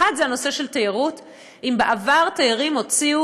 האחת זה נושא של תיירות: אם בעבר תיירים הוציאו